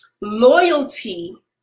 Loyalty